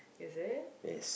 is it